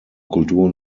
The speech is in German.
kultur